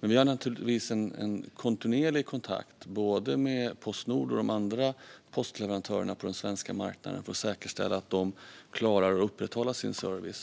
Men vi har naturligtvis en kontinuerlig kontakt, både med Postnord och med de andra postleverantörerna på den svenska marknaden för att säkerställa att de klarar att upprätthålla sin service.